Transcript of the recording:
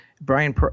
Brian